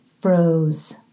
froze